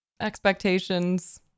expectations